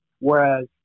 Whereas